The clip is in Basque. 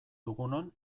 dugunon